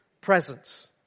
presence